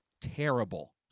terrible